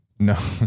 No